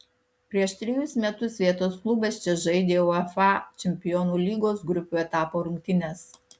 prieš trejus metus vietos klubas čia žaidė uefa čempionų lygos grupių etapo rungtynes